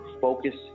focus